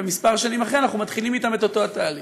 ומספר שנים אחרי כן אנחנו מתחילים אתם את אותו התהליך.